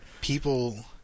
people